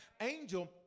Angel